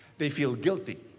they feel guilty.